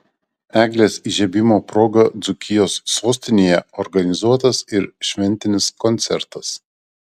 eglės įžiebimo proga dzūkijos sostinėje organizuotas ir šventinis koncertas